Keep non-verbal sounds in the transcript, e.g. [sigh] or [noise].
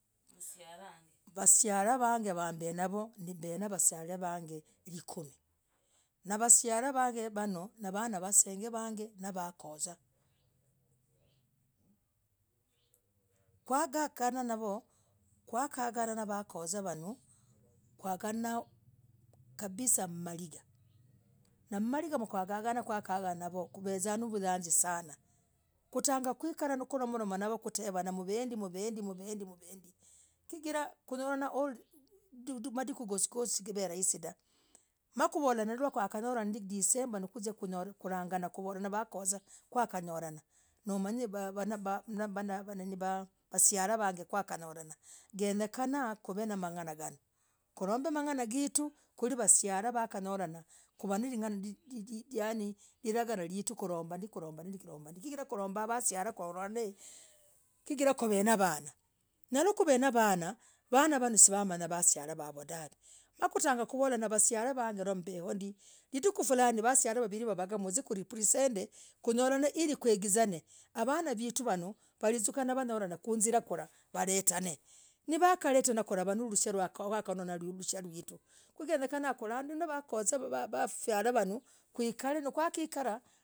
Wasiialah, wag [hesitation] mb [hesitation] navoo mb [hesitation] na wasiialah vag [hesitation] likumii nawasiialah vag [hesitation] vanooh nivanaa waseng [hesitation] wang [hesitation] wna kojaa kwakagana navoo kwakagana nakozaa vanooh kwaganah kabisa mmaligah na mmaligah na kwaganah navoo kuvezaah na navuyazii sanah kutaga ku ku moromah navoo uvendii uvendii uvendii chigirah kunyolanah holy madikuu gosii gosii kuvaa rahisii dah nakuvolah ndiii madikuu ya disembaah no kuzia kulaganah na vakozah kwakayolah na umanye wasiialah vag [hesitation] kwakanyolanah genyekana kuv [hesitation] namang'ana ganoo kuv [hesitation] kuromb [hesitation] mang'ana geetu vasialah nawanyoonaha kuv [hesitation] yani lilaganolitunakurombah kurombah ndiii kurombah ndiii kurombah ndiii kurombah ndiii kuu kurombah wasiialah chigirah kuvenevanah vanaa vovoo siwamenyaa wasiialah vavoo dahv [hesitation] nakutangah kuvolah idikuu fulaani wasiialah wavirii wavagaa waz [hesitation] kuprisend [hesitation] kunyolane ili avanaa vetuu vanooh wazukanah nakunyorah mziza nakuretanah nikaletana walavaa nalirushah ukanalirushia rietu no wakozah wafilah vanooh kwikarae kwakwikarah.